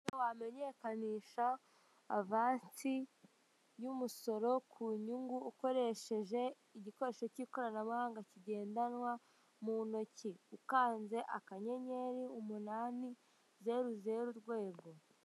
Uko wamenyekanisha avansi y'umusoro ku nyungu, ukoresheje igikoresho cy'ikoranabuhanga kigendanwa mu ntoki, ukanze *800#.